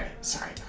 sorry